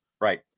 Right